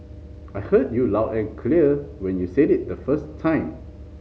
I heard you loud and clear when you said it the first time